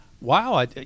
Wow